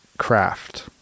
craft